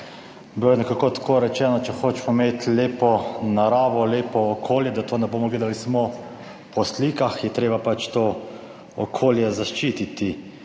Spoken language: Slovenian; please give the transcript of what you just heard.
Bilo je nekako tako rečeno, če hočemo imeti lepo naravo, lepo okolje, da to ne bomo gledali samo po slikah je treba pač to okolje zaščititi.